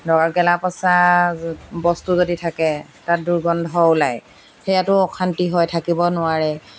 ঘৰত গেলা পচা বস্তু যদি থাকে তাত দুৰ্গন্ধ ওলায় সেয়াটো অশান্তি হয় থাকিব নোৱাৰে